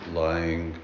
lying